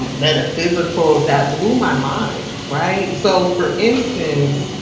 metaphysical. that blew my mind. right? so, for instance,